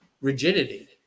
rigidity